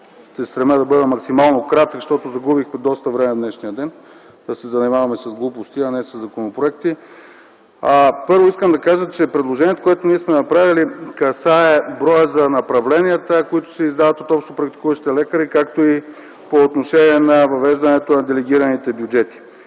се стремя да бъда максимално кратък. Загубихме доста време в днешния ден да се занимаваме с глупости, а не със законопроекти. Първо искам да кажа, че предложението, което ние сме направили, касае броя на направленията, които се издават от общо практикуващите лекари, както и по отношение на въвеждането на делегираните бюджети.